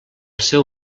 seu